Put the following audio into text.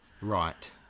Right